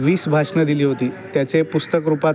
वीस भाषणं दिली होती त्याचे पुस्तकरूपात